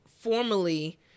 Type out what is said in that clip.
formally